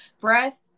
breath